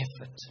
effort